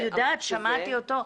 אני יודעת, שמעתי אותו.